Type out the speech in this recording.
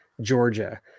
Georgia